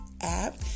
app